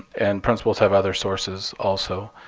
and principals have other sources also.